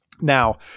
Now